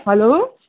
hello